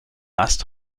last